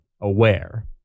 aware